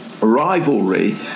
rivalry